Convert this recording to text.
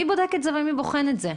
מי בודק את זה ומי בוחן את זה?